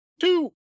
Two